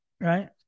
right